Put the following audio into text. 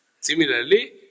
Similarly